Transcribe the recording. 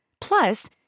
Plus